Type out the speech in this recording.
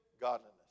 Godliness